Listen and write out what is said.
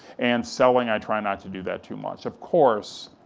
and selling, i try not to do that too much. of course,